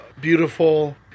beautiful